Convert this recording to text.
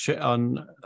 on